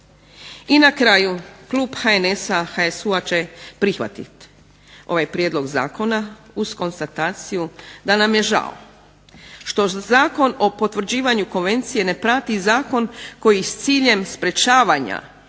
I na kraju Klub HNS HSU će prihvatiti ovaj Prijedlog zakona uz konstataciju da nam je žao što Zakon o potvrđivanju Konvencije ne prati zakon koji s ciljem sprečavanja